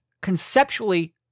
conceptually